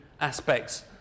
aspects